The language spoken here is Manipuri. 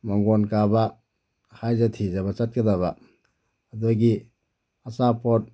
ꯃꯥꯡꯒꯣꯜ ꯀꯥꯕ ꯍꯥꯏꯖ ꯊꯤꯖꯕ ꯆꯠꯀꯗꯕ ꯑꯗꯨꯒꯤ ꯑꯆꯥꯄꯣꯠ